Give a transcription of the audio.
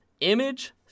Image